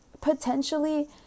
potentially